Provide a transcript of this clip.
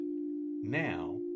now